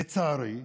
לצערי,